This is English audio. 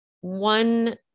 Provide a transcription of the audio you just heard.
one